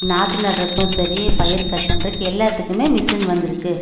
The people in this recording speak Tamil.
நாற்று நடுறதுக்கும் சரி பயிர் கட் பண்ணுறக்கு எல்லாத்துக்குமே மிஸின் வந்துருக்குது